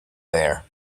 there